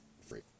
free